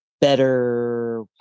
better